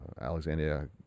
Alexandria